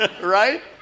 Right